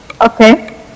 Okay